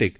take